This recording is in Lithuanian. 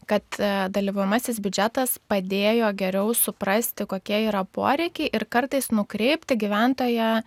kad dalyvaujamasis biudžetas padėjo geriau suprasti kokie yra poreikiai ir kartais nukreipti gyventoją